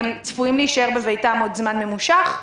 הם צפויים להישאר בביתם עוד זמן ממושך.